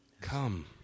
come